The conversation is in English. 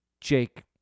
Jake